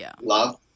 love